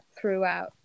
throughout